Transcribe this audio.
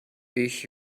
ich